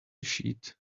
sheet